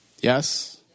Yes